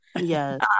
Yes